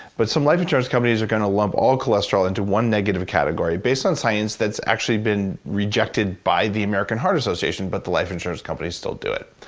but some life insurance companies are going to lump all cholesterol into one negative category based on science that's actually been rejected by the american heart association, but the life insurance company still do it.